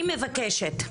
אני מבקשת,